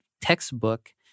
textbook